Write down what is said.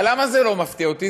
אבל למה זה לא מפתיע אותי?